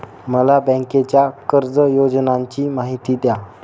मला बँकेच्या कर्ज योजनांची माहिती द्या